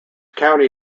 county